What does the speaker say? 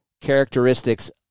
characteristics